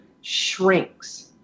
shrinks